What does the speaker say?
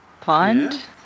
Pond